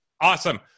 Awesome